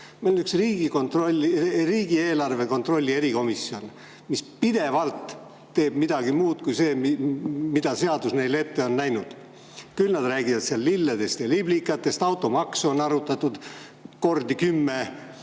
On ka riigieelarve kontrolli erikomisjon, mis teeb pidevalt midagi muud kui see, mida seadus neile ette on näinud. Küll nad räägivad seal lilledest ja liblikatest, automaksu on arutatud umbes kordi kümme.